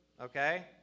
okay